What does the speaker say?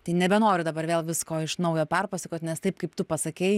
tai nebenoriu dabar vėl visko iš naujo perpasakot nes taip kaip tu pasakei